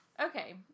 Okay